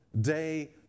day